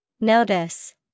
Notice